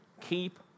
Keep